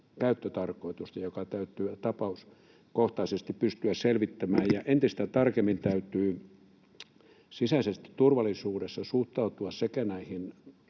käyttötarkoitusta, joka täytyy tapauskohtaisesti pystyä selvittämään. Täytyy entistä tarkemmin sisäisessä turvallisuudessa suhtautua sekä